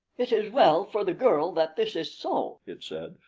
it is well for the girl that this is so, it said,